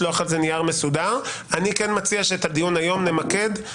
עניינית, מנסה לנהל איתך דו-שיח.